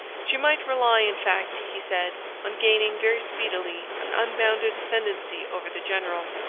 she might rely, in fact, he said, on gaining, very speedily, an unbounded ascendency over the general.